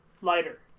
Lighter